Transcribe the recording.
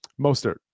Mostert